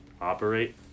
operate